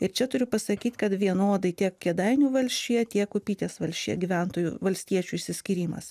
ir čia turiu pasakyt kad vienodai tiek kėdainių valsčiuje tiek upytės valsčiuje gyventojų valstiečių išsiskyrimas